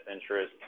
interest